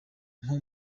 nko